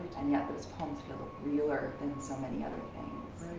and yet those poems feel realler than so many other things.